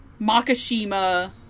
Makashima